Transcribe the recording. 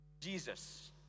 Jesus